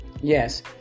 Yes